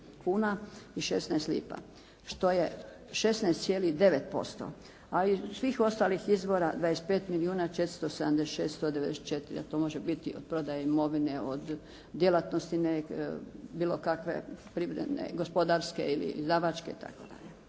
kuna i 16 lipa što je 16,9%. A iz svih ostalih izvora 25 milijuna 476 194, a to može biti od prodaje imovine, od djelatnosti bilo kakve, privredne, gospodarske ili izdavačke itd.